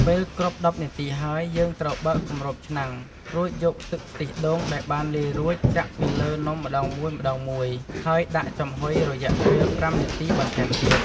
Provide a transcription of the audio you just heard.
ពេលគ្រប់១០នាទីហើយ យើងត្រូវបើកគម្របឆ្នាំង រួចយកទឹកខ្ទិះដូងដែលបានលាយរួចចាក់ពីលើនំម្ដងមួយៗ ហើយដាក់ចំហុយរយៈពេល៥នាទីបន្ថែមទៀត។